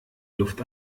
luft